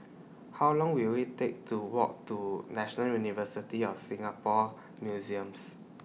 How Long Will IT Take to Walk to National University of Singapore Museums